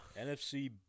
NFC